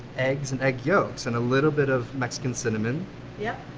eggs, and egg yolks, and a little bit of mexican cinnamon yeah